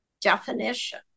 definition